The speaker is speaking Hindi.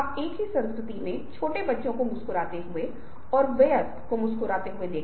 ताकि ये छात्र या शोधकर्ता आपके साथ काम कर सकें